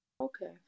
okay